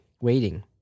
Waiting